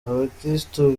abakristo